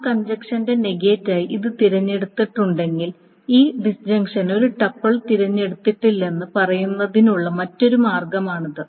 ആ കഞ്ചക്ഷന്റെ നെഗേറ്റായി ഇത് തിരഞ്ഞെടുത്തിട്ടുണ്ടെങ്കിൽ ഈ ഡിസ്ഞ്ചക്ഷന് ഒരു ടപ്പിൾ തിരഞ്ഞെടുത്തിട്ടില്ലെന്ന് പറയുന്നതിനുള്ള മറ്റൊരു മാർഗമാണിത്